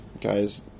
guys